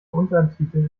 untertiteln